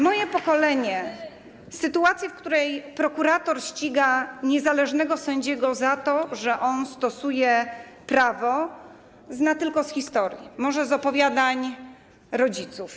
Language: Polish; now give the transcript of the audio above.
Moje pokolenie sytuację, w której prokurator ściga niezależnego sędziego za to, że on stosuje prawo, zna tylko z historii, może z opowiadań rodziców.